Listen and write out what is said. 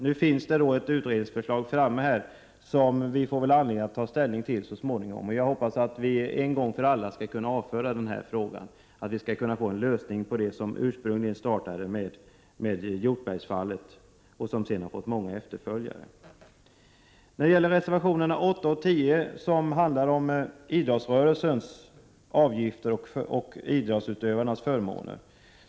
Nu finns det ett utredningsförslag framlagt, som vi väl får ta ställning till så småningom. Jag hoppas att vi en gång för alla skall kunna avföra denna fråga, att vi skall kunna få en lösning på det problem som ursprungligen startade med Hjortbergfallet och som sedan har fått många efterföljare. Reservationerna 8 och 10 handlar om idrottsrörelsens avgifter och idrottsutövarnas förmåner.